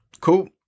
cool